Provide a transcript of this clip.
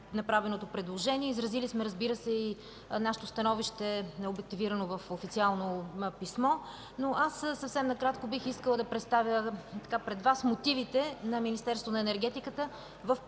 направеното предложение. Изразили сме нашето становище, обективирано в официално писмо. Съвсем накратко бих искала да представя пред Вас мотивите на Министерството на енергетиката в